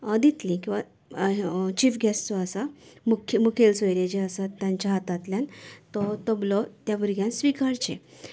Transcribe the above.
दिती किंवां chief guest जो आसा मुखेल सोयरे जे आसा तांच्या हातांतल्यान तो तबलो त्या भुरग्यान स्विकारचें